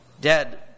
dead